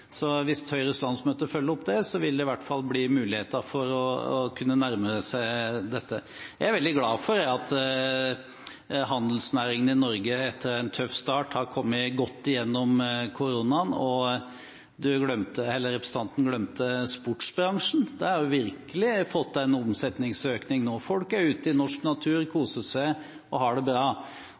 Hvis Høyres landsmøte følger opp det, vil det i hvert fall bli muligheter for å kunne nærme seg dette. Jeg er veldig glad for at handelsnæringen i Norge, etter en tøff start, har kommet seg godt gjennom koronaen. Representanten Limi glemte sportsbransjen. De har virkelig fått til en omsetningsøkning nå. Folk er ute i norsk natur, koser seg og har det bra.